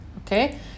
Okay